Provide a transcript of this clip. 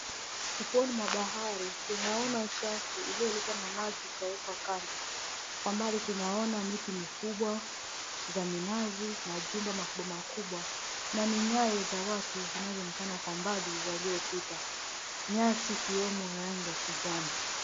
Ufuoni mwa bahari tunaona uchafu ulioletwa na maji ukawekwa kando. Kwa mbali tunaona miti mikubwa za minazi, majumba makubwa makubwa na minyayo za watu zinazoonekana kwamba walipita. Nyasi ikiwa na rangi ya kijani.